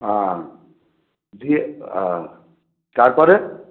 হ্যাঁ দিয়ে হ্যাঁ তারপরে